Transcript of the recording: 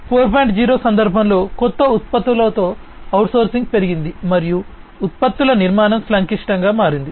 0 సందర్భంలో కొత్త ఉత్పత్తులలో అవుట్సోర్సింగ్ పెరిగింది మరియు ఉత్పత్తుల నిర్మాణం సంక్లిష్టంగా మారింది